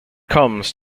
comes